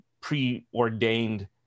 preordained